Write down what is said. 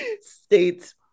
states